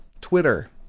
Twitter